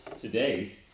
today